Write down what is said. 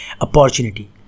opportunity